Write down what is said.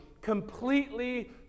completely